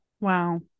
Wow